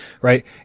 Right